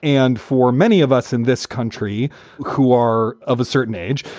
and for many of us in this country who are of a certain age,